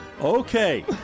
okay